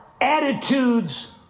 attitudes